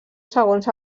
segons